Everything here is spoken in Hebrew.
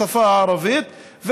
השפה הערבית,